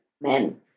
men